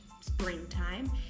springtime